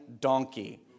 donkey